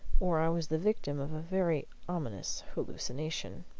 or i was the victim of a very ominous hallucination.